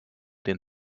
den